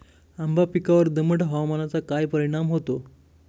आंबा पिकावर दमट हवामानाचा काय परिणाम होतो?